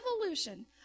evolution